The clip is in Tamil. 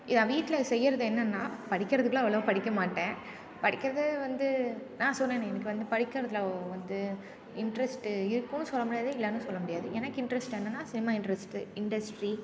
இதை நான் வீட்டில செய்கிறது என்னென்னா படிக்கிறதுக்கெல்லாம் அவ்வளோ படிக்கமாட்டேன் படிக்கிறது வந்து நான் சொன்னேனே எனக்கு வந்து படிக்கிறதுல வந்து இன்ட்ரெஸ்ட் இருக்குதுன்னு சொல்லமுடியாது இல்லைனும் சொல்லமுடியாது எனக்கு இன்ட்ரெஸ்ட் என்னன்னா சினிமா இன்ட்ரெஸ்ட் இண்டஸ்ட்ரி